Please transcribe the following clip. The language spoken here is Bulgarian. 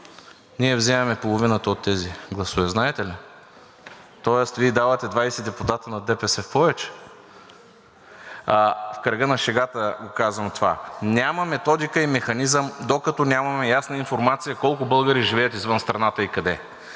Ние вземаме половината от тези гласове, знаете ли? Тоест Вие давате 20 депутата на ДПС в повече. В кръга на шегата казвам това. Няма методика и механизъм, докато нямаме ясна информация колко българи живеят извън страната и къде.